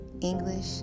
English